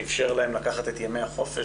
שאפשר להם לקחת את ימי החופש.